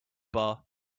bar